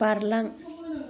बारलां